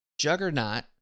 Juggernaut